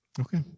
Okay